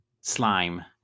slime